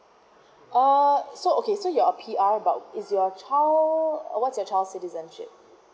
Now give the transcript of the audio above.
orh so okay so you're a P_R but is your child uh what's your childs' citizenship